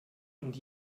und